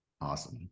awesome